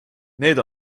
need